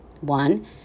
one